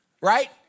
right